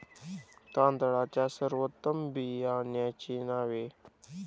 तांदळाच्या सर्वोत्तम बियाण्यांची नावे?